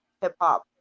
hip-hop